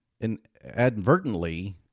inadvertently